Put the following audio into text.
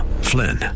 Flynn